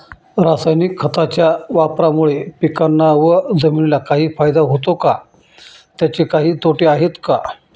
रासायनिक खताच्या वापरामुळे पिकांना व जमिनीला काही फायदा होतो का? त्याचे काही तोटे आहेत का?